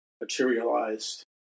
materialized